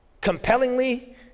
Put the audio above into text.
compellingly